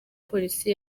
polisi